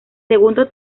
segundo